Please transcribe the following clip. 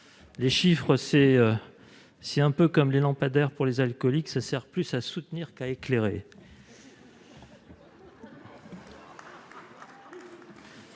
les chiffres, c'est un peu comme les lampadaires pour les alcooliques, cela sert plus à soutenir qu'à éclairer